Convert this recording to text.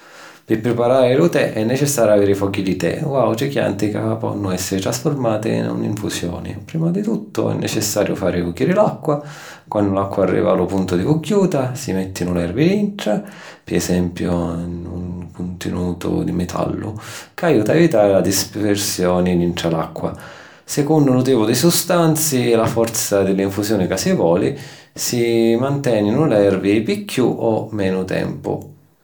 Pi priparari lu tè, è necessariu aviri fogghi di tè o àutri chianti ca ponnu èssiri trasfurmati 'n un'infusioni. Prima di tuttu è necessariu fari vùgghiri l’acqua. Quannu l’acqua arriva a lu puntu di vugghiuta, si mèttinu l’ervi dintra, pi esempiu 'n un cuntinutu di metallu, ca aiuta a evitari la dispersioni dintra l'acqua. Secunnu lu tipu di sustanzi e la forza di l’infusioni ca si voli, si mantèninu l’ervi pi chiù o menu tempu.